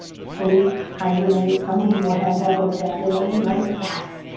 sleep. hibernate. some of them will have that vocabulary, right? yes.